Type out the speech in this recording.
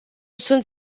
sunt